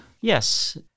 Yes